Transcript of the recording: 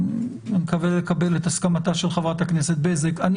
מקווה לקבל את הסכמתה של חברת הכנסת בזק אני